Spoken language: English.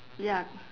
ya